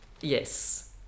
Yes